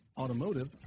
automotive